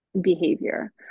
behavior